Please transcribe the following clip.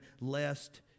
lest